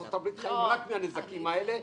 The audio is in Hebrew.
ארצות הברית חיים רק מהנזקים האלה,